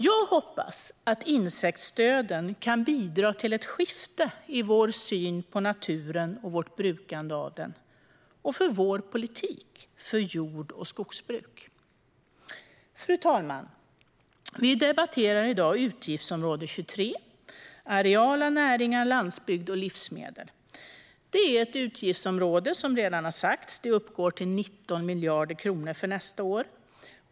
Jag hoppas att insektsdöden kan bidra till ett skifte i vår syn på naturen och vårt brukande av den och för vår politik för jord och skogsbruk. Fru talman! Vi debatterar i dag utgiftsområde 23, Areella näringar, landsbygd och livsmedel. Det är ett utgiftsområde som, vilket redan har sagts, uppgår till 19 miljarder kronor för nästa år.